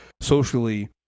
socially